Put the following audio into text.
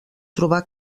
trobà